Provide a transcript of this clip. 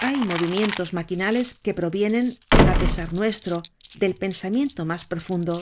hay movimientos maquinales que provienen á pesar nuestro del pensamiento mas profundo